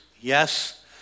yes